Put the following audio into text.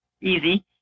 easy